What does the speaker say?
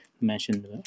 mentioned